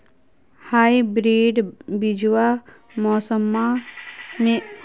hybrid बीजावा मौसम्मा मे बडका बदलाबो के प्रतिरोधी आ रोगबो प्रतिरोधी होबो हई